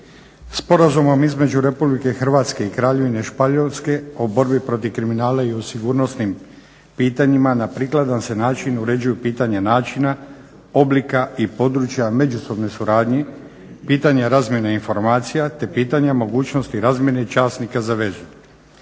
Sporazumom između Republike Hrvatske i Kraljevine Španjolske o borbi protiv kriminala i o sigurnosnim pitanjima na prikladan se način uređuje pitanje načina, oblika i područja međusobne suradnje, pitanje razmjene informacija te pitanje mogućnosti razmjene časnika za vezu.